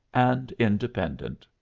and independent.